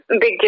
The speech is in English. Big